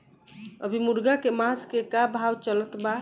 अभी मुर्गा के मांस के का भाव चलत बा?